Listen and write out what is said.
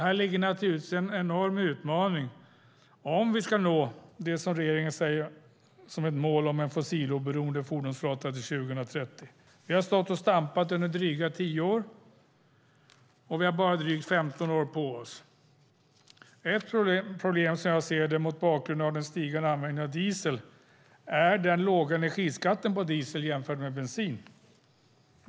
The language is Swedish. Här ligger naturligtvis en enorm utmaning om vi ska nå regeringens mål om en fossiloberoende fordonsflotta till 2030. Vi har stått och stampat under dryga 10 år, och vi har bra drygt 15 år på oss. Ett problem mot bakgrund av den ökande användningen av diesel är den låga energiskatten på diesel i jämförelse med skatten på bensin.